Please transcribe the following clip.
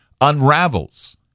unravels